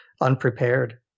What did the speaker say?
unprepared